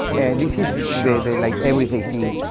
this is the, the, like everyday thing.